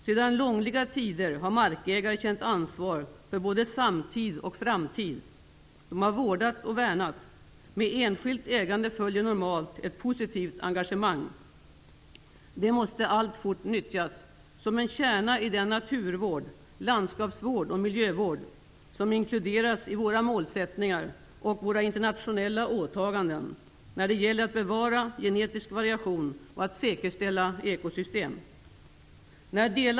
Sedan långliga tider har markägare känt ansvar för både samtid och framtid. De har vårdat och värnat. Med enskilt ägande följer normalt ett positivt engagemang. Det måste alltfort nyttjas som en kärna i den naturvård, landskapsvård och miljövård som inkluderas i våra målsättningar och våra internationella åtaganden, när det gäller att bevara genetisk variation och att säkerställa ekosystem.